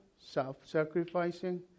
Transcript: self-sacrificing